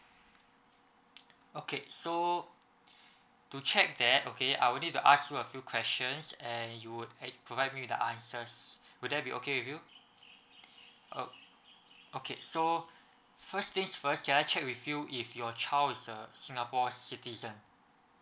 okay so to check that okay I would need to ask you a few questions and you would eh provide me with the answers would there be okay with you uh okay so first things first can I check with you if your child is a singapore citizen